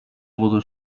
wurde